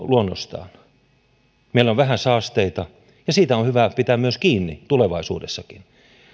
luonnostaan puhdas meillä on vähän saasteita ja siitä on hyvä pitää kiinni tulevaisuudessakin